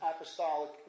apostolic